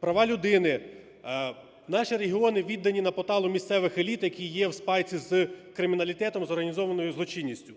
права людини, наші регіони віддані на поталу місцевих еліт, які є в спайці зкриміналітетом, з організованою злочинністю.